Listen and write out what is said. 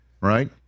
right